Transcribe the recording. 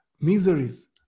miseries